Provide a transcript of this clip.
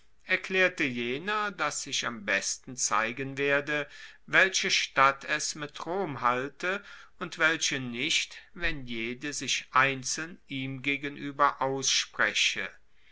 erklaerte jener dass sich am besten zeigen werde welche stadt es mit rom halte und welche nicht wenn jede sich einzeln ihm gegenueber ausspreche